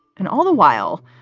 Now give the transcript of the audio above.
and all the while,